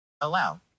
Allow